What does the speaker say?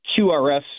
QRS